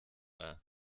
war